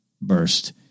burst